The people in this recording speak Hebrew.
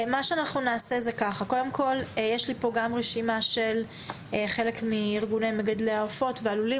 יש לי פה רשימה של חלק מארגוני מגדלי העופות והלולים.